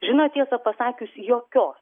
žinot tiesą pasakius jokios